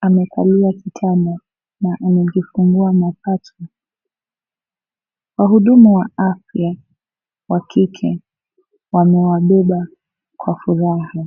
amekalia kitamu na amejifungua mapacha. Wahudumu wa afya wa kike wamewabeba kwa furaha.